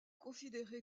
considéré